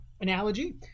analogy